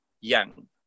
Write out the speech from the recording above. yang